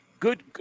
good